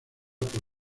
por